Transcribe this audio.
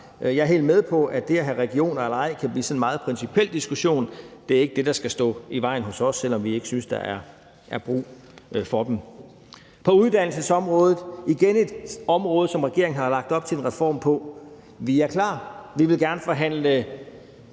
Jeg er helt med på, at det at have regioner eller ej kan blive sådan en meget principiel diskussion; det er ikke det, der skal stå i vejen hos os, selv om vi ikke synes, der er brug for dem. Uddannelsesområdet er endnu et område, som regeringen har lagt op til en reform af. Vi er klar. Vi vil gerne forhandle